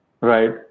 right